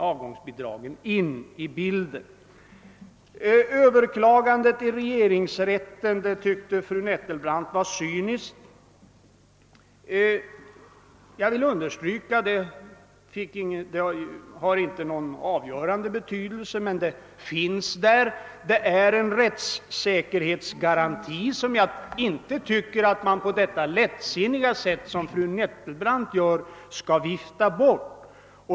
Fru Nettelbrandt tyckte att hänvisningen till möjligheten att överklaga hos regeringsrätten var cynisk. Jag vill understryka att denna möjlighet inte har någon avgörande betydelse, men den finns där, som en rättssäkerhetsgaranti. Jag tycker inte att man skall vifta bort den på det lättsinniga sätt som fru Nettelbrandt gör.